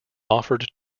offered